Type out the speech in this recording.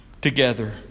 together